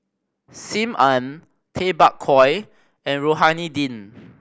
Sim Ann Tay Bak Koi and Rohani Din